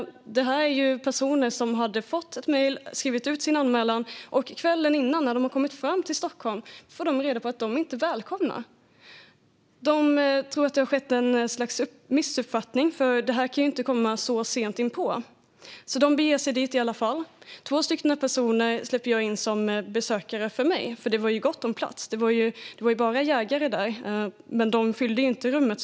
Dessa personer hade fått ett mejl och skrivit ut sin anmälan, men kvällen innan, när de har kommit fram till Stockholm, får de reda på att de inte är välkomna. De tror att det har skett ett misstag, för det här kan ju inte ske så sent inpå. De beger sig därför dit i alla fall. Två personer släpper jag in som mina besökare, för det var gott om plats. Det var bara jägare där, och de fyllde inte rummet.